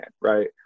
right